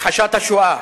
הכחשת השואה.